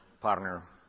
partner